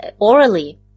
orally